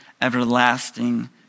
everlasting